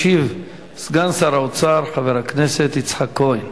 ישיב סגן שר האוצר, חבר הכנסת יצחק כהן.